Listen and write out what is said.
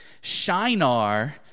Shinar